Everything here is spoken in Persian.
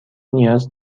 نیاز